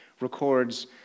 records